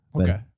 Okay